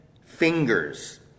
fingers